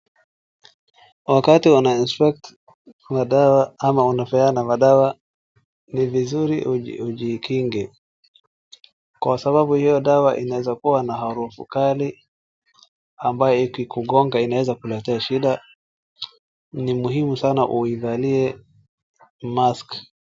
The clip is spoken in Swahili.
Wakati wana instruct madawa ama wanapeana madawa ni vizuri ujikinge. Kwa sababu hio dawa inaeza kuwa na harufu kali ambayo ikikugonga inaeza kuletea shida, ni muhimu sana uivalie mask .